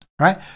Right